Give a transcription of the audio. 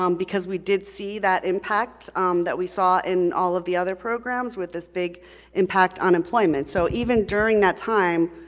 um because we did see see that impact um that we saw in all of the other programs, with this big impact on employment. so even during that time,